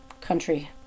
country